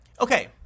Okay